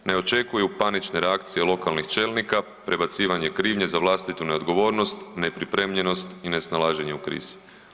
Ne očekuju panične reakcije lokalnih čelnika, prebacivanje krivnje za vlastitu neodgovornost, nepripremljenost i nesnalaženje u krizi.